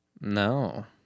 No